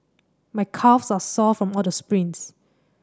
my calves are sore from all the sprints